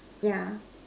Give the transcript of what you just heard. yeah